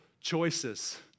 choices